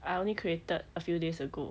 I only created a few days ago